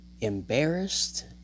embarrassed